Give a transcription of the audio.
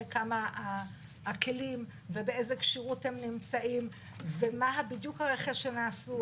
כמה הכלים ובאיזה כשירות הם נמצאים ומה בדיוק הרכש שנעשה,